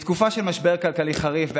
בתקופה של משבר כלכלי חריף,